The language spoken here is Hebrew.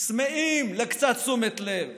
צמאים לקצת תשומת לב,